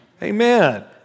Amen